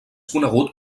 conegut